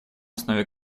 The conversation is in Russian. основе